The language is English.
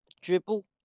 dribble